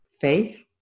faith